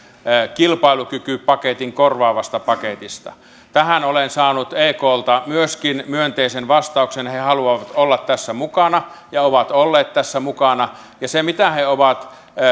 kilpailukykypaketin korvaavasta paketista tähän olen saanut myöskin eklta myönteisen vastauksen he haluavat olla tässä mukana ja ovat olleet tässä mukana ja se mitä he ovat